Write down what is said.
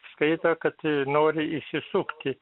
skaito kad nori išsisukti